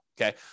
okay